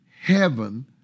heaven